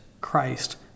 Christ